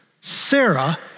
Sarah